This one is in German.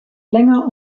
länger